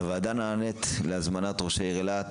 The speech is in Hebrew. הוועדה נענית להזמנת ראש העיר אילת